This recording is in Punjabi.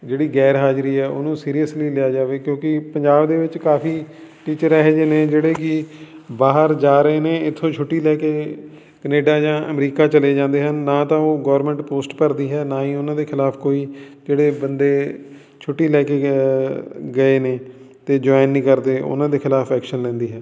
ਜਿਹੜੀ ਗੈਰ ਹਾਜ਼ਰੀ ਆ ਉਹਨੂੰ ਸੀਰੀਅਸਲੀ ਲਿਆ ਜਾਵੇ ਕਿਉਂਕਿ ਪੰਜਾਬ ਦੇ ਵਿੱਚ ਕਾਫੀ ਟੀਚਰ ਇਹੋ ਜਿਹੇ ਨੇ ਜਿਹੜੇ ਕਿ ਬਾਹਰ ਜਾ ਰਹੇ ਨੇ ਇੱਥੋਂ ਛੁੱਟੀ ਲੈ ਕੇ ਕਨੇਡਾ ਜਾਂ ਅਮਰੀਕਾ ਚਲੇ ਜਾਂਦੇ ਹਨ ਨਾ ਤਾਂ ਉਹ ਗੌਰਮੈਂਟ ਪੋਸਟ ਭਰਦੀ ਹੈ ਨਾ ਹੀ ਉਹਨਾਂ ਦੇ ਖਿਲਾਫ ਕੋਈ ਕਿਹੜੇ ਬੰਦੇ ਛੁੱਟੀ ਲੈ ਕੇ ਗ ਗਏ ਨੇ ਅਤੇ ਜੁਆਇਨ ਨਹੀਂ ਕਰਦੇ ਉਹਨਾਂ ਦੇ ਖਿਲਾਫ ਐਕਸ਼ਨ ਲੈਂਦੀ ਹੈ